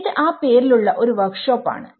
ഇത് ആ പേരിലുള്ള ഒരു വർക്ക് ഷോപ്പ് ആണ്